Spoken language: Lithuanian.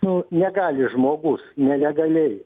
nu negali žmogus nelegaliai